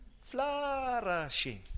Flourishing